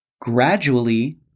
gradually